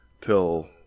till